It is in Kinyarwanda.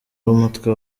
b’umutwe